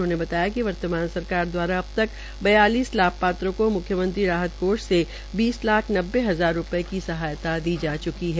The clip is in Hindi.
उन्होंने बताया कि वर्तमान सरकार द्वारा अबतक बयालिस लाभपात्रों को मुख्यमंत्री राहत कोष से बीस लाख नब्बे हजार रूपये की सहायता दी जा च्की है